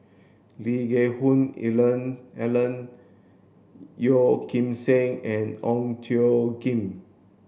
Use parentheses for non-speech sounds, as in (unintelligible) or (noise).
Lee Geck Hoon (unintelligible) Ellen Yeo Kim Seng and Ong Tjoe Kim